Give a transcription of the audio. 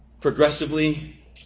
Progressively